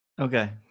Okay